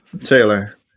Taylor